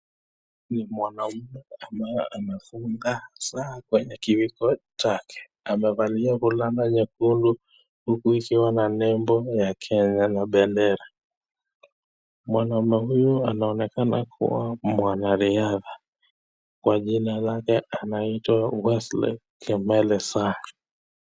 Mwanaume ambaye amefunga saa kwenye kiwiko chake, amevalia fulana nyekundu huku ikiwa na nembo ya kenya na bendera. Mwanaume huyu anaonekana kua mwanariadha kwa jina lake Wesley Kimeli Sang.